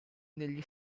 negli